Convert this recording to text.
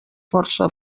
força